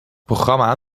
programma